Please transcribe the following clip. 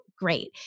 Great